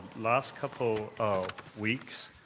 last couple of weeks,